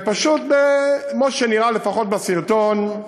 וכמו שנראה לפחות בסרטון,